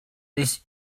this